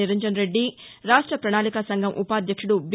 నిరంజన్రెడ్డి రాష్ట్ల ప్రణాళికాసంఘం ఉపాధ్యక్షుడు బి